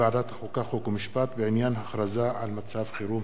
שישה בעד, אין מתנגדים.